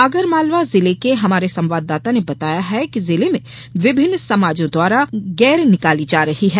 आगरमालवा जिले से हमारे संवाददाता ने बताया है कि जिले में विभिन्न समाजों द्वारा गैर निकाली जा रही है